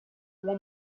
uma